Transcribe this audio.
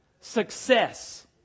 Success